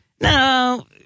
No